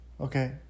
okay